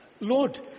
Lord